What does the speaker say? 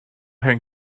hen